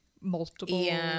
Multiple